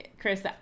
Chris